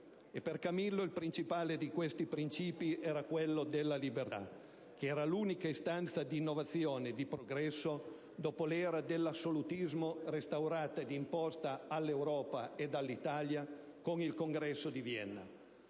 per Camillo il principale di questi principi era quello della libertà, che era l'unica istanza di innovazione e di progresso dopo l'era dell'assolutismo restaurata ed imposta all'Europa ed all'Italia con il Congresso di Vienna,